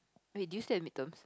wait did you set the midterms